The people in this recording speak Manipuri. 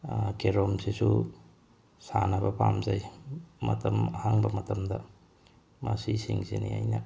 ꯀꯦꯔꯣꯝꯁꯤꯁꯨ ꯁꯥꯟꯅꯕ ꯄꯥꯝꯖꯩ ꯃꯇꯝ ꯑꯍꯥꯡꯕ ꯃꯇꯝꯗ ꯃꯁꯤꯁꯤꯡꯁꯤꯅꯤ ꯑꯩꯅ